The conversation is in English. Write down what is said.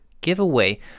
giveaway